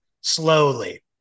slowly